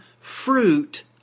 fruit